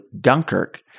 Dunkirk